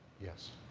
yes?